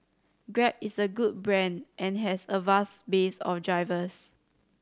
grab is a good brand and has a vast base of drivers